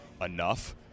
enough